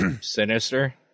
Sinister